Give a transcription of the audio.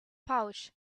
pouch